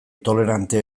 tolerante